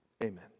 amen